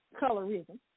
colorism